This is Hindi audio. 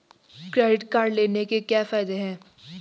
क्रेडिट कार्ड लेने के क्या फायदे हैं?